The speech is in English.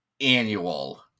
annual